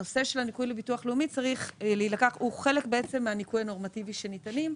הנושא של הניכוי לביטוח לאומי הוא חלק מהניכוי הנורמטיבי שניתן.